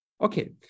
Okay